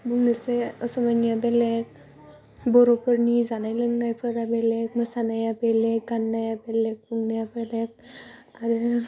बुंनोसै समायनाया बेलेग बरफोरनि जानाय लोंनायपोरा बेलेग मोसानाया बेलेग गाननाय बेलेग नुनाया बेलेग आरो